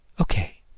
Okay